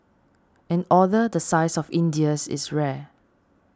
an order the size of India's is rare